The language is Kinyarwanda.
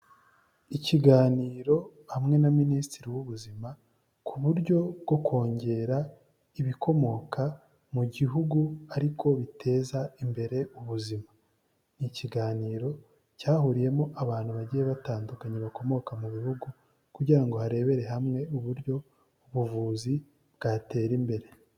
Ikiganiro hamwe na minisitiri w'ubuzima ku buryo bwo kongera ibikomoka mu gihugu ariko biteza imbere ubuzima. Ni ikiganiro cyahuriyemo abantu bagiye batandukanye bakomoka mu bihugu, kugira ngo harebere hamwe uburyo ubuvuzi bwatera imbere.